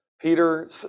Peter